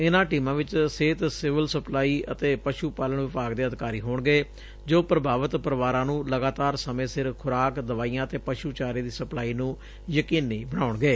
ਇਨਾਂ ਟੀਮਾਂ ਵਿਚ ਸਿਹਤ ਸਿਵਲ ਸਪਲਾਈ ਅਤੇ ਪਸੁ ਪਾਲਣ ਵਿਭਾਗ ਦੇ ਅਧਿਕਾਰੀ ਹੋਣਗੇ ਜੋ ਪ੍ਰਭਾਵਿਤ ਪਰਿਵਾਰਾਂ ਨੂੰ ਲਗਾਤਾਰ ਸਮੇਂ ਸਿਰ ਖੁਰਾਕ ਦਵਾਈਆਂ ਅਤੇ ਪਸੁ ਚਾਰੇ ਦੀ ਸੱਪਲਾਈ ਨੰ ਯਕੀਨੀ ਬਣਾਉਣਗੇ